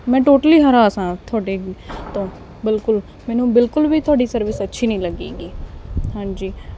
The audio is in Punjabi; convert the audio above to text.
ਮੈਂ ਟੋਟਲੀ ਹਰਾਸ ਹਾਂ ਤੁਹਾਡੇ ਤੋਂ ਬਿਲਕੁਲ ਮੈਨੂੰ ਬਿਲਕੁਲ ਵੀ ਤੁਹਾਡੀ ਸਰਵਿਸ ਅੱਛੀ ਨਹੀਂ ਲੱਗੀ ਗੀ ਹਾਂਜੀ